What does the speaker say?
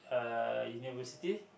uh university